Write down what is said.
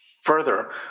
Further